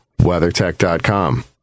WeatherTech.com